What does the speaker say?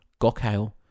Gokhale